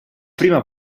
prima